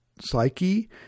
psyche